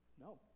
No